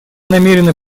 намерены